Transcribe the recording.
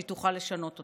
שהיא תוכל לשנות אותה.